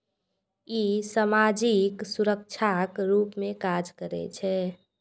ई सामाजिक सुरक्षाक रूप मे काज करै छै